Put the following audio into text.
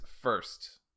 first